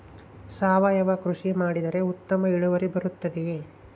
ಸಾವಯುವ ಕೃಷಿ ಮಾಡಿದರೆ ಉತ್ತಮ ಇಳುವರಿ ಬರುತ್ತದೆಯೇ?